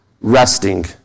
resting